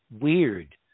weird